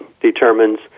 determines